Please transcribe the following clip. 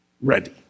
ready